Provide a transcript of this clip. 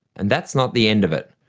and that's not the end of it.